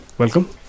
Welcome